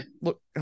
look